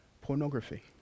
Pornography